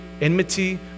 enmity